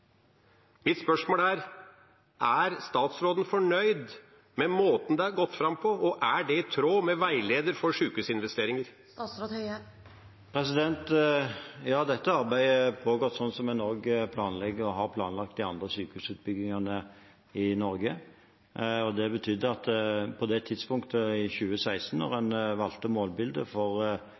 Mitt spørsmål er: Er statsråden fornøyd med måten det er gått fram på, og er det i tråd med veileder for sykehusinvesteringer? Ja, dette arbeidet har pågått slik som en også planlegger og har planlagt de andre sykehusutbyggingene i Norge. Det betyr at på det tidspunktet i 2016, da en valgte målbildet for